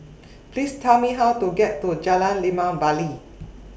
Please Tell Me How to get to Jalan Limau Bali